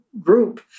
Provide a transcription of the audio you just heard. group